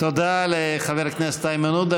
תודה לחבר הכנסת איימן עודה.